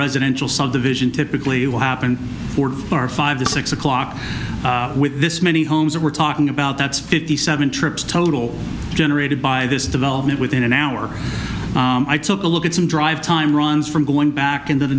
residential subdivision typically will happen are five to six o'clock with this many homes that we're talking about that's fifty seven trips total generated by this development within an hour i took a look at some drive time runs from going back into the